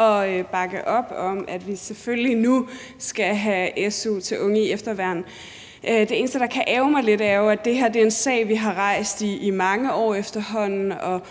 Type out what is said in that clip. at bakke op om, at vi selvfølgelig nu skal have su til unge i efterværn. Det eneste, der kan ærgre mig lidt, er jo, at det her er en sag, vi har rejst i mange år efterhånden, og